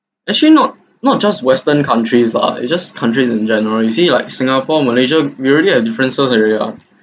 actually not not just western countries lah it's just countries in general you see like singapore malaysia we already have differences already ah